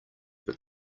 but